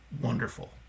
wonderful